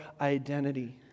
identity